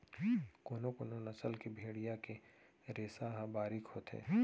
कोनो कोनो नसल के भेड़िया के रेसा ह बारीक होथे